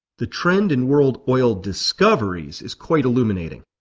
the trend in world oil discoveries is quite illuminating.